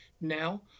now